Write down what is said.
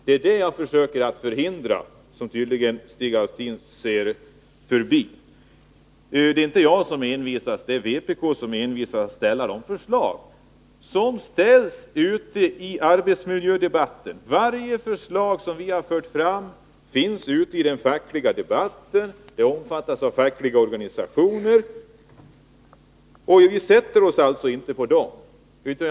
Det är detta också jag vill förhindra, vilket Stig Alftin tycks ha förbisett. Det är inte jag som envisas, utan det är vpk som envisas med att föra vidare de förslag som väcks ute i arbetsmiljödebatten. Varje förslag som vi har väckt här i riksdagen har också förts fram i den fackliga debatten. Förslagen omfattas av de fackliga organisationerna. Vi sätter oss alltså inte på dessa.